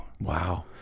Wow